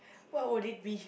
what would it be